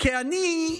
כי אני,